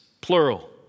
plural